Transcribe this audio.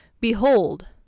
Behold